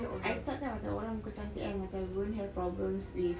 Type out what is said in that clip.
I thought kan macam orang muka cantik kan macam won't have problems with